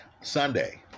Sunday